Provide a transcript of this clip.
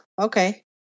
okay